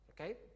okay